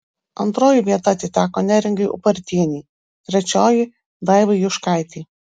antroji vieta atiteko neringai ubartienei trečioji daivai juškaitei